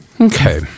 Okay